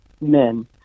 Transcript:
men